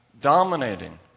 dominating